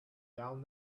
down